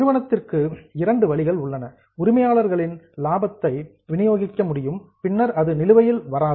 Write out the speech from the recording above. நிறுவனத்திற்கு இரண்டு வழிகள் உள்ளன உரிமையாளர்களுக்கு லாபத்தை டிஸ்ட்ரிபியூட் விநியோகிக்க முடியும் பின்னர் அது நிலுவையில் வராது